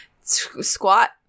squat